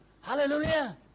Hallelujah